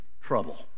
trouble